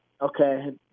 okay